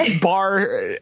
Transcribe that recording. bar